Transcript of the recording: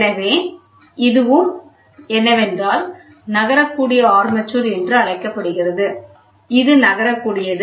எனவே இதுவும் என்னவென்றால் நகரக்கூடிய ஆர்மேச்சர் என்று அழைக்கப்படுகிறது இது நகரக்கூடியது